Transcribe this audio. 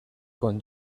con